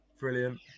Brilliant